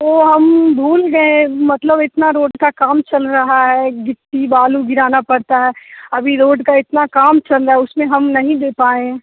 तो हम भूल गए मतलब इतना रोड का काम चल रहा है गिट्टी बालू गिराना पड़ता है अभी रोड का इतना काम चल रहा है उसमें हम नही दे पाएँ